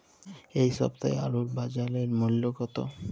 এ সপ্তাহের আলুর বাজার মূল্য কত?